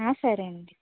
ఆ సరే అండి